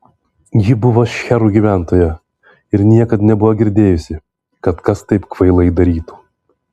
ji buvo šcherų gyventoja ir niekad nebuvo girdėjusi kad kas taip kvailai darytų